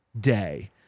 Day